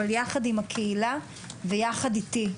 אבל יחד עם הקהילה ויחד איתי,